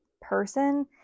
person